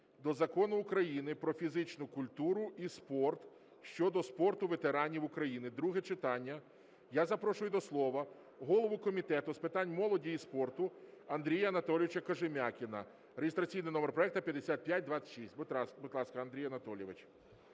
до Закону України "Про фізичну культуру і спорт" щодо спорту ветеранів України (друге читання). Я запрошую до слова голову Комітету з питань молоді і спорту Андрія Анатолійовича Кожем'якіна. Реєстраційний номер проекту 5526. Будь ласка, Андрій Анатолійович.